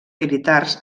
militars